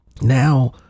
Now